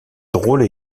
drôles